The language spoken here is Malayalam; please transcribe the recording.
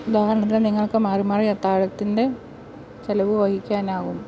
ഉദാഹരണത്തിന് നിങ്ങൾക്ക് മാറിമാറി അത്താഴത്തിൻ്റെ ചിലവു വഹിക്കാനാകും